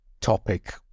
topic